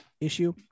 issue